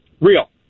Real